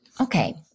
Okay